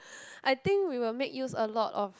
I think we will make use a lot of